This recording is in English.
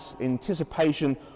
anticipation